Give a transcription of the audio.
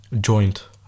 joint